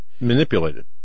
Manipulated